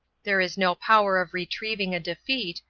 there is no power of retrieving a defeat,